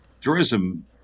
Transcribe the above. Tourism